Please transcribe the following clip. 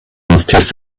these